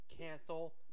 cancel